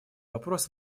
вопрос